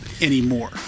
anymore